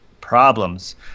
problems